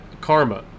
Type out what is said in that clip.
karma